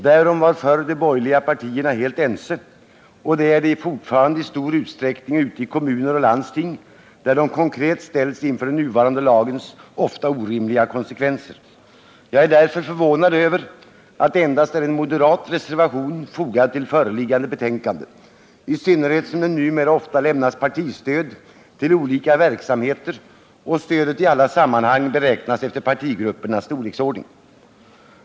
Därom var förr de borgerliga partierna helt ense — och de är det fortfarande i stor utsträckning ute i kommuner och landsting, där de konkret ställs inför den nuvarande lagens ofta orimliga konsekvenser. Jag är därför förvånad över att det endast är en moderat reservation fogad till föreliggande betänkande, i synnerhet som det numera ofta lämnas partistöd till olika verksamheter och stödet i alla sammanhang beräknas efter partigruppernas storleksordning.